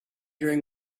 during